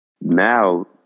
now